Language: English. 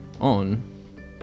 on